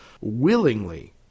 willingly